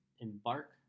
embark